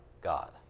God